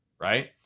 right